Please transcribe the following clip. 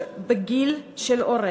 גיל ההורה.